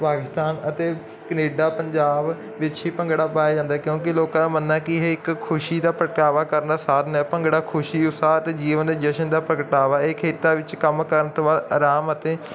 ਪਾਕਿਸਤਾਨ ਅਤੇ ਕਨੇਡਾ ਪੰਜਾਬ ਵਿੱਚ ਹੀ ਭੰਗੜਾ ਪਾਇਆ ਜਾਂਦਾ ਕਿਉਂਕਿ ਲੋਕਾਂ ਦਾ ਮੰਨਨਾ ਕਿ ਇਹ ਇੱਕ ਖੁਸ਼ੀ ਦਾ ਪ੍ਰਗਟਾਵਾ ਕਰਨਾ ਸਾਧਨ ਹੈ ਭੰਗੜਾ ਖੁਸ਼ੀ ਉਸਾਹਤ ਜੀਵਨ ਜਸ਼ਨ ਦਾ ਪ੍ਰਗਟਾਵਾ ਇਹ ਕੀਤਾ ਵਿੱਚ ਕੰਮ ਕਰਨ ਤੋਂ ਬਾਅਦ ਆਰਾਮ ਅਤੇ